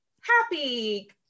happy